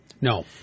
No